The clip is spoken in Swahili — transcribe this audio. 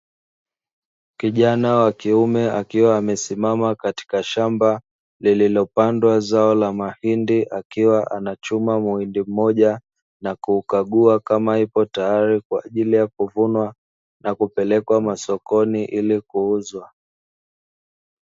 Kijana wa kiume akiwa amesimama katika shamba lililopandwa zao la mahindi, akiwa anachuma muhindi mmoja na kuukagua kama ipo tayari kwa ajili ya kuvunwa na kupelekwa masokoni ili kuuzwa.